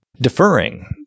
Deferring